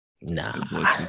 Nah